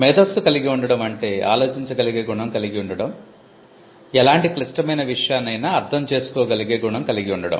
మేధస్సు కలిగివుండటం అంటే ఆలోచించగలిగే గుణం కలిగి ఉండడం ఎలాంటి క్లిష్టమైన విషయాన్నైనా అర్ధం చేసుకోగలిగే గుణం కలిగి ఉండడం